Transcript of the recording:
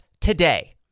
today